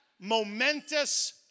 momentous